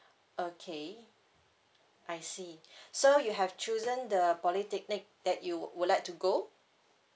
okay I see so you have chosen the polytechnic that you would like to go